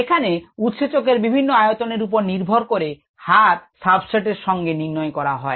এখানে উৎসেচকের বিভিন্ন আয়তনের উপর নির্ভর করে হার সাবস্ট্রেট এর সঙ্গে নির্ণয় করা হয়